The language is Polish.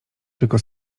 tylko